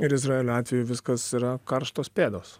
ir izraelio atveju viskas yra karštos pėdos